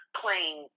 playing